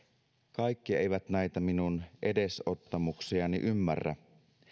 kaikki eivät näitä minun edesottamuksiani ymmärrä